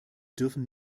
dürfen